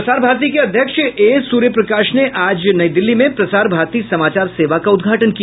प्रसार भारती के अध्यक्ष ए सूर्यप्रकाश ने आज नई दिल्ली में प्रसार भारती समाचार सेवा का उद्घाटन किया